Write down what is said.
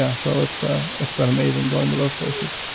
yeah so it's ah it's been amazing going to those places.